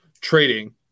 trading